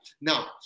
Now